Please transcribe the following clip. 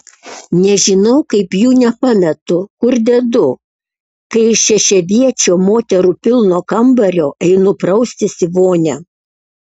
nežinau kaip jų nepametu kur dedu kai iš šešiaviečio moterų pilno kambario einu praustis į vonią